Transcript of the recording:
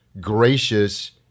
gracious